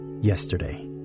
Yesterday